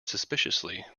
suspiciously